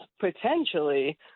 potentially